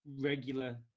regular